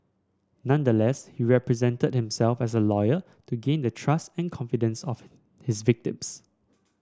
nonetheless he represented himself as a lawyer to gain the trust and confidence of his victims